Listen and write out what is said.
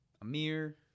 Amir